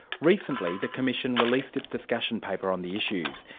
recently the commission released its discussion paper on the issues,